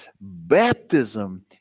Baptism